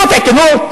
זאת עיתונות?